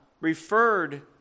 referred